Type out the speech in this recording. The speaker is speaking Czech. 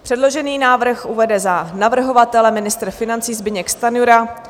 Předložený návrh uvede za navrhovatele ministr financí Zbyněk Stanjura.